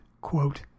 quote